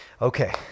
Okay